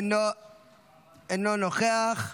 אינו נוכח,